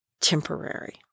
temporary